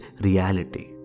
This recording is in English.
reality